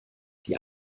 die